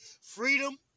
freedom